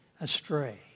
astray